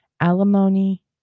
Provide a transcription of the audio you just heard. alimony